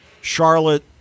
Charlotte